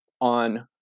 on